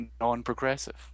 non-progressive